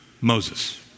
Moses